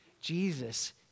Jesus